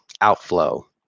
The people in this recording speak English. Outflow